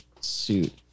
suit